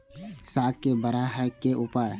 साग के बड़ा है के उपाय?